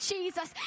Jesus